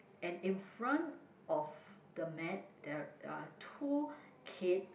and in front of the mat there're two kids